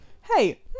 hey